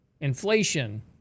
inflation